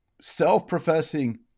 self-professing